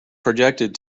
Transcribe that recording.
projected